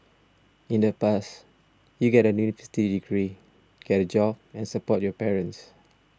in the past you get a university degree get a job and support your parents